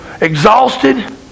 exhausted